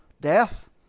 death